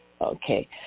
Okay